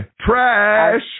Trash